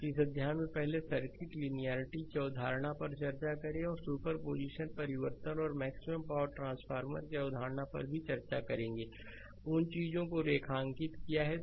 और इस अध्याय में पहले सर्किट लिनियेरिटी की अवधारणा पर चर्चा करें और सुपर पोजीशन सोर्स परिवर्तन और मैक्सिमम पावर ट्रांसफर की अवधारणा पर भी चर्चा करेंगे उन चीजों को रेखांकित किया है